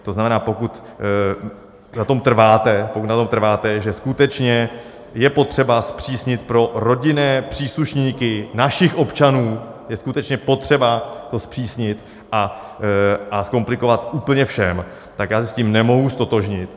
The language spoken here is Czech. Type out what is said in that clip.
To znamená, pokud na tom trváte, že skutečně je potřeba to zpřísnit pro rodinné příslušníky našich občanů, je skutečně potřeba to zpřísnit a zkomplikovat úplně všem, tak já se s tím nemohu ztotožnit.